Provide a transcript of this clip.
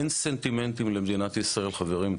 אין סנטימנטים למדינת ישראל חברים,